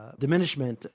diminishment